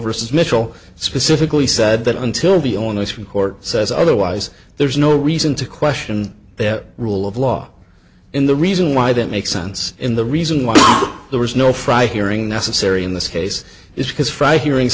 versus mitchell specifically said that until the owners from court says otherwise there's no reason to question that rule of law in the reason why that makes sense in the reason why there was no frye hearing necessary in this case is because fry hearings